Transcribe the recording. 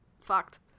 fucked